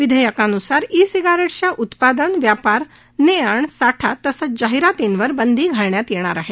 विधेयकान्सार E सिगारेट्सच्या उत्पादन व्यापार ने आण साठा तसंच जाहीरातींवर बंदी घालण्यात येणार आहे